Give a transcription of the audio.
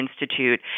Institute